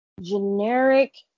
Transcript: generic